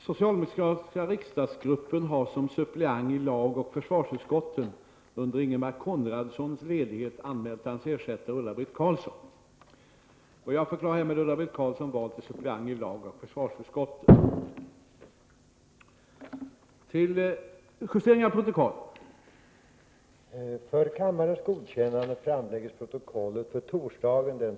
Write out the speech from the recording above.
Socialdemokratiska riksdagsgruppen har som suppleant i lagoch försvarsutskotten under Ingemar Konradssons ledighet anmält hans ersättare Ulla-Britt Carlsson. 2§ Justerades protokollet för den 12 innevarande månad.